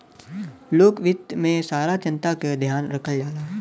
लोक वित्त में सारा जनता क ध्यान रखल जाला